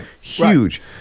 Huge